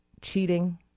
cheating